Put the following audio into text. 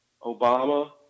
Obama